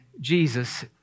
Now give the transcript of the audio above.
Jesus